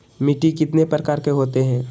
मिट्टी कितने प्रकार के होते हैं?